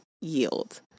YIELD